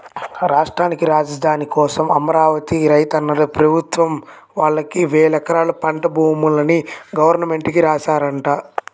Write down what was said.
రాష్ట్రానికి రాజధాని కోసం అమరావతి రైతన్నలు ప్రభుత్వం వాళ్ళకి వేలెకరాల పంట భూముల్ని గవర్నమెంట్ కి రాశారంట